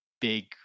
big